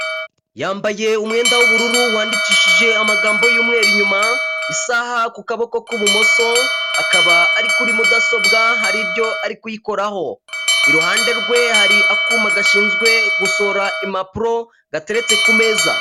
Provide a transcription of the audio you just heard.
Yambaye umwenda w'ubururu wandikishije amagambo y'umweru inyuma isaha ku kaboko k'ibumoso akaba ari kuri mudasobwa hari ibyo ari kuyikoraho iruhande rwe hari akuma gashinzwe gusohora impapuro gateretse ku meza .